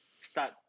Start